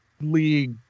league